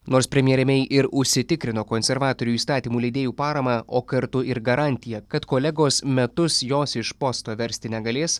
nors premjerė mei ir užsitikrino konservatorių įstatymų leidėjų paramą o kartu ir garantiją kad kolegos metus jos iš posto versti negalės